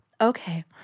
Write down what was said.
okay